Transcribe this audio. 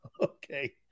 Okay